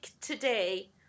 today